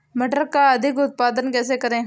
मटर का अधिक उत्पादन कैसे करें?